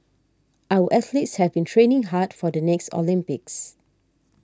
our athletes have been training hard for the next Olympics